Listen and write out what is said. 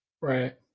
Right